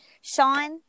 Sean